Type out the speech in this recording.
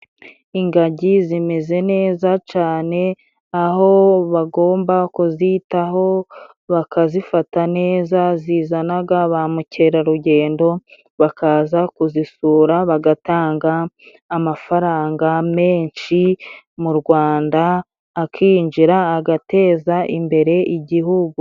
Ingagi zimeze neza cane aho bagomba kuzitaho, bakazifata neza, zizanaga ba mukerarugendo bakaza kuzisura bagatanga amafaranga menshi mu Rwanda akinjira agateza imbere igihugu.